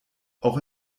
auch